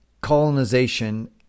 colonization